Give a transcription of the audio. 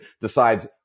decides